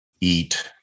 eat